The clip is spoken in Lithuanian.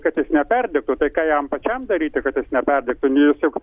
kad jis neperdegtų tai ką jam pačiam daryti kad jis neperdegtų nes juk